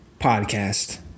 Podcast